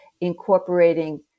incorporating